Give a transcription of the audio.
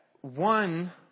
one